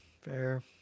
fair